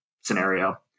scenario